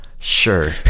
sure